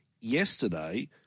Yesterday